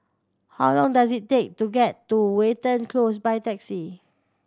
how long does it take to get to Watten Close by taxi